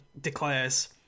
declares